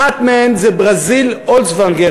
אחת מהן היא ברזיל אולסוונגר.